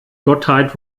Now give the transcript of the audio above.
gottheit